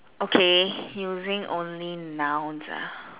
okay using only nouns ah